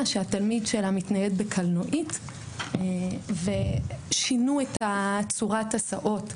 שבנה מתנייד בקלנועית ושינו את צורת ההסעות,